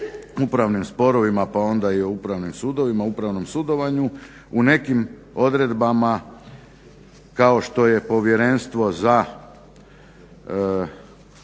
upravnim sporovima pa onda i o upravnim sudovima, upravnom sudovanju, u nekim odredbama kao što je Povjerenstvo za